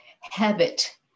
habit